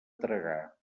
tragar